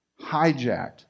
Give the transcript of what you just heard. hijacked